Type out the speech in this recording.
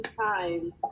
time